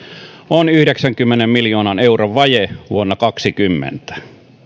on yhdeksänkymmenen miljoonan euron vaje vuonna kaksikymmentä